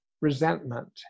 resentment